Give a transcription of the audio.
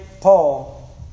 Paul